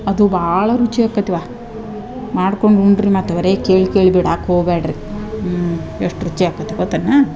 ಅದು ಭಾಳ ರುಚಿಯಾಕೈತವ್ವ ಮಾಡ್ಕೊಂಡು ಉಂಡ್ರಿ ಮತ್ತು ಅವರೆ ಕೇಳಿ ಕೇಳಿ ಬಿಡಾಕೆ ಹೋಗ್ಬ್ಯಾಡ್ರಿ ಎಷ್ಟು ರುಚಿ ಆಕತ್ತೆ ಗೊತ್ತೆನೂ